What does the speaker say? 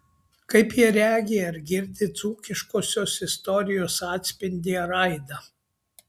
kaip jie regi ir girdi dzūkiškosios istorijos atspindį ar aidą